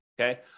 okay